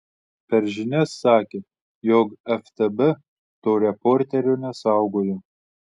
per žinias sakė jog ftb to reporterio nesaugojo